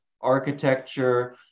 architecture